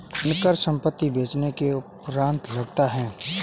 धनकर संपत्ति बेचने के उपरांत लगता है